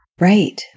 Right